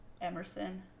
Emerson